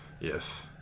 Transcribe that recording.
Yes